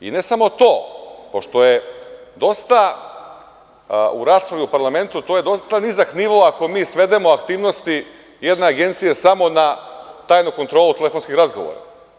I ne samo to, pošto je u raspravi u parlamentu to dosta nizak nivo ako mi svedemo aktivnosti jedne agencije samo na tajnu kontrolu telefonskih razgovora.